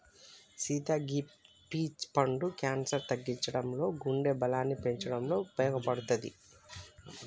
సీత గీ పీచ్ పండు క్యాన్సర్ తగ్గించడంలో గుండె బలాన్ని పెంచటంలో ఉపయోపడుతది